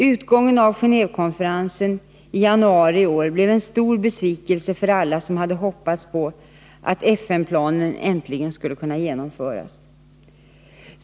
Utgången av Gendvekonferensen i januari i år blev en stor besvikelse för alla som hade hoppats på att FN-planen äntligen skulle kunna genomföras.